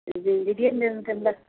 தி திடீர்ன்னு இந்த சைட்டில்